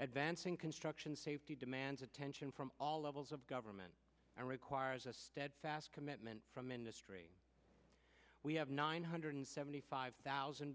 advancing construction safety demands attention from all levels of government and requires a steadfast commitment from industry we have nine hundred seventy five thousand